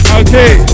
okay